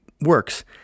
works